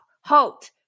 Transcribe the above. halt